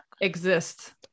exist